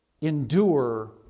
Endure